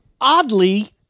Oddly